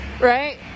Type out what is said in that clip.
right